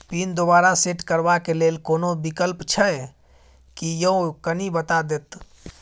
Pin दोबारा set करबा के लेल कोनो विकल्प छै की यो कनी बता देत?